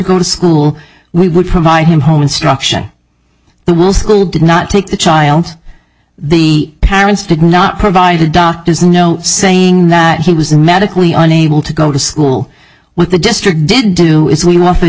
go to school we would provide him home instruction the world school did not take the child the parents did not provide a doctor's note saying that he was in medically unable to go to school with the district didn't do if we